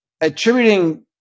attributing